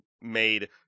made